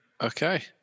okay